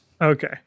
Okay